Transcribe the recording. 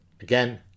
again